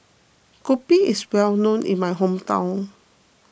Kopi is well known in my hometown